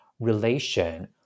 relation